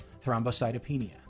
thrombocytopenia